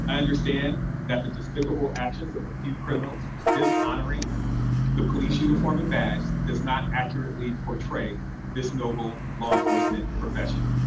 and understand that the despicable actions of a few criminals dishonoring the police uniform and badge does not accurately portray this noble law enforcement professional.